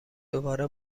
دوباره